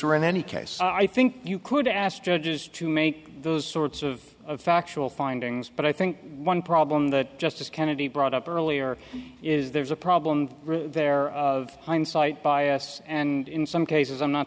or in any case i think you could ask judges to make those sorts of factual findings but i think one problem that justice kennedy brought up earlier is there's a problem there of hindsight bias and in some cases i'm not